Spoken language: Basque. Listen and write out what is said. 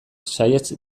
saihets